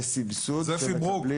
זה פברוק.